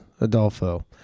Adolfo